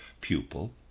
pupil